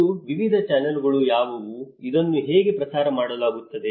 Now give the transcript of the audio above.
ಮತ್ತು ವಿವಿಧ ಚಾನಲ್ಗಳು ಯಾವುವು ಇದನ್ನು ಹೇಗೆ ಪ್ರಸಾರ ಮಾಡಲಾಗುತ್ತದೆ